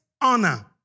honor